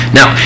Now